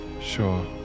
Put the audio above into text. Sure